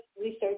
research